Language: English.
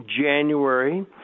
January